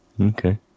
okay